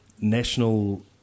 National